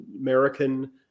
American